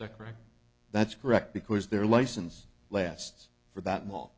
is that correct that's correct because their license lasts for that